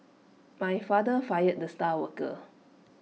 my father fired the star worker